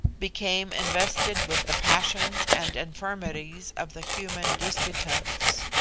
became invested with the passions and infirmities of the human disputants.